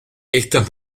estas